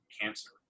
cancer